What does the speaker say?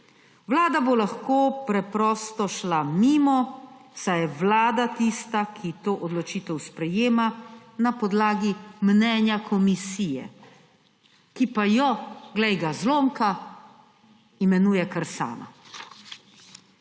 Vlada bo lahko preprosto šla mimo, saj je Vlada tista, ki to odločitev sprejema na podlagi mnenja komisije, ki pa jo, glej ga zlomka, imenuje kar sama.